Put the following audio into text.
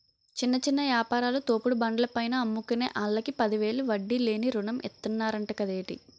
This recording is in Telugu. చిన్న చిన్న యాపారాలు, తోపుడు బండ్ల పైన అమ్ముకునే ఆల్లకి పదివేలు వడ్డీ లేని రుణం ఇతన్నరంట కదేటి